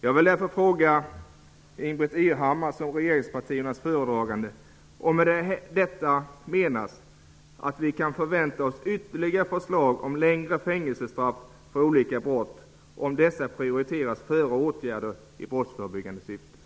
Jag vill fråga Ingbritt Irhammar, som är regeringspartiernas föredragande, om man med detta menar att vi kan förvänta oss ytterligare förslag om längre fängelsestraff för olika brott och om dessa prioriteras framför åtgärder i brottsförebyggande syfte.